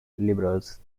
liberals